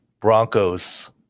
broncos